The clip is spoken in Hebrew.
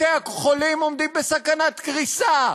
בתי-החולים עומדים בסכנת קריסה,